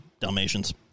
Dalmatians